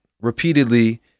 repeatedly